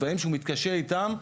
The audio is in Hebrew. דברים שהוא מתקשה איתם,